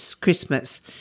Christmas